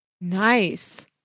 Nice